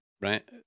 right